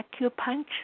acupuncture